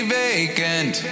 vacant